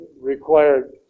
required